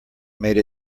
made